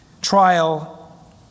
trial